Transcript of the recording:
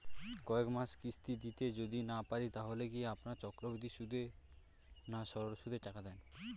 কয়েক মাস কিস্তি দিতে যদি না পারি তাহলে কি আপনারা চক্রবৃদ্ধি সুদে না সরল সুদে টাকা দেন?